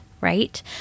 right